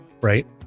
Right